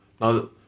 Now